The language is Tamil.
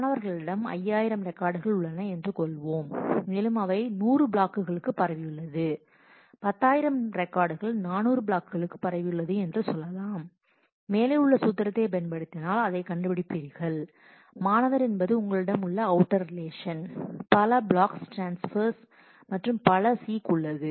மாணவர்களிடம் 5000 ரெக்கார்டுகள் உள்ளன என்று கொள்வோம் மேலும் அவை 100 ப்ளாக்குகளுக்கு பரவியுள்ளது 10000 ரெக்கார்டுகள் 400 ப்ளாக்குகளுக்கு பரவியுள்ளது என்று சொல்லலாம் மேலே உள்ள சூத்திரத்தைப் பயன்படுத்தினால் அதைக் கண்டுபிடிப்பீர்கள் மாணவர் என்பது உங்களிடம் உள்ள அவுட்டர் ரிலேஷன் பல ப்ளாக்ஸ் டிரான்ஸ்பர் மற்றும் பல சீக் உள்ளது